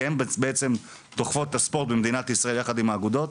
כי הן בעצם דוחפות את הספורט במדינת ישראל יחד עם האגודות.